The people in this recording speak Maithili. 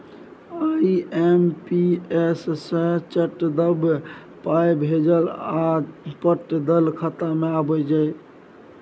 आई.एम.पी.एस सँ चट दअ पाय भेजब आ पट दअ खाता मे आबि जाएत